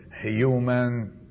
human